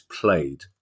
played